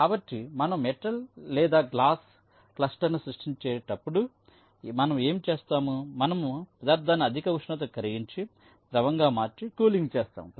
కాబట్టి మనము మెటల్ లేదా గ్లాస్ క్రిస్టల్స్ను సృష్టించే అప్పుడు మనము ఏమి చేస్తాముమనము పదార్థాన్ని అధిక ఉష్ణోగ్రతకు కరిగించి ద్రవంగా మార్చి కూలింగ్ చేస్తాము